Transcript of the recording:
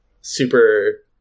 super